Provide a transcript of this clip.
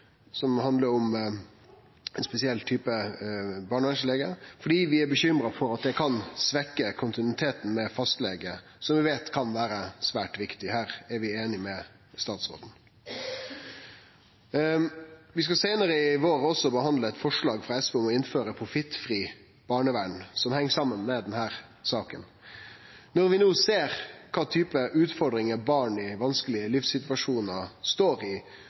som handlar om ein spesiell type barnevernslege, fordi vi er bekymra for at det kan svekkje kontinuiteten med fastlege, som vi veit kan vere svært viktig. Her er vi einige med statsråden. Vi skal seinare i vår behandle eit forslag frå SV om å innføre eit profittfritt barnevern, som heng saman med denne saka. Når vi no ser kva type utfordringar barn i vanskelege livssituasjonar står i,